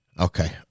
Okay